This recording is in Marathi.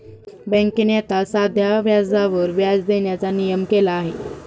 बँकेने आता साध्या व्याजावर व्याज देण्याचा नियम केला आहे